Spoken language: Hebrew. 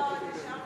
בתי-דין